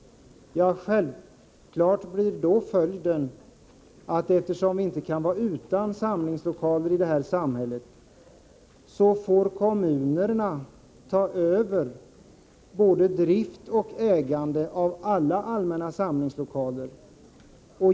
Självfallet blir följden, att eftersom vi inte kan vara utan samlingslokaler, får kommunerna ta över både drift och ägande av alla allmänna samlingslokaler.